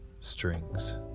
strings